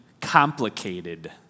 complicated